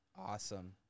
Awesome